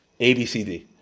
ABCD